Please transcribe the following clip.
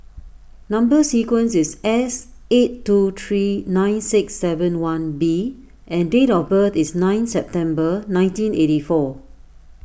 Number Sequence is S eight two three nine six seven one B and date of birth is nine September nineteen eighty four